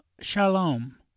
Shalom